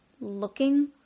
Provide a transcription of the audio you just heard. looking